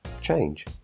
change